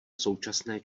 současné